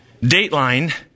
Dateline